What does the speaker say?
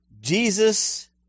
Jesus